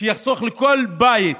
זה יחסוך לכל בית,